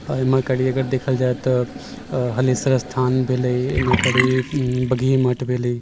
एहिमे करी अगर देखल जाइ तऽ हलेशर स्थान भेलै एहिमे करी बगही मठ भेलै